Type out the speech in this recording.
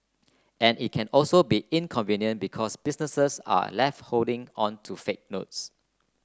and it can also be inconvenient because businesses are left holding on to fake notes